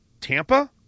Tampa